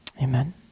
Amen